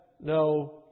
no